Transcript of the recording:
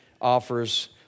offers